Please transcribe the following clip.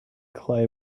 clay